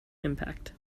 impact